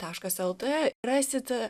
taškas lt rasit